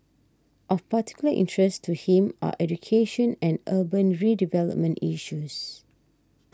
of particular interest to him are education and urban redevelopment issues